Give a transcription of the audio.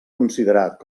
considerat